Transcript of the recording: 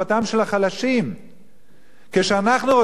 כשאנחנו רוצים שהחלשים לא יתנהגו באלימות,